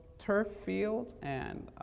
turf fields and